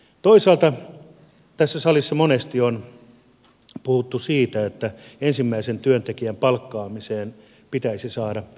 toisaalta tässä salissa monesti on puhuttu siitä että ensimmäisen työntekijän palkkaamiseen pitäisi saada välineitä